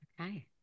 okay